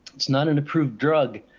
it's not an approved drug.